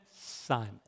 Simon